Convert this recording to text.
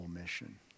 mission